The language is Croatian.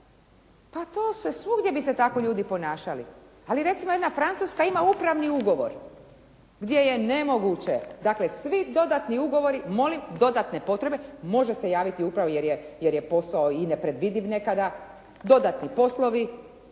Pa svugdje bi se tako ljudi ponašali, ali recimo jedna Francuska ima upravni ugovor, gdje je nemoguće, dakle svi dodatni ugovori molim dodatne potrebne potrebe, može se javiti upravo jer je posao i nepredvidiv nekada, dodatni poslovi